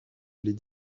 les